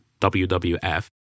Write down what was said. WWF